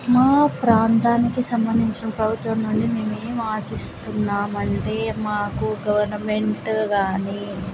మా ప్రాంతానికి సంబంధించిన ప్రభుత్వం నుండి మేము ఏమి ఆశిస్తున్నాం అంటే మాకు గవర్నమెంట్ కానీ